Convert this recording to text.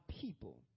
people